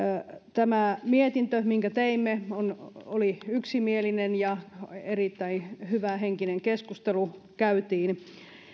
tämä mietintö minkä teimme oli yksimielinen ja erittäin hyvähenkinen keskustelu käytiin